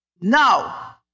Now